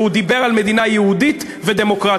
והוא דיבר על מדינה יהודית ודמוקרטית,